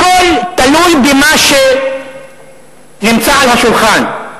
הכול תלוי במה שנמצא על השולחן.